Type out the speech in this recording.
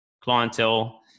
clientele